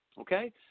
Okay